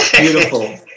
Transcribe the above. beautiful